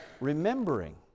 remembering